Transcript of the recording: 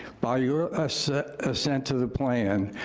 by your ah so assent to the plan,